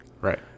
Right